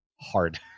hard